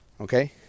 Okay